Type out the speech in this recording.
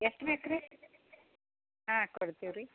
ಎಷ್ಟು ಬೇಕು ರೀ ಹಾಂ ಕೊಡ್ತೀವಿ ರೀ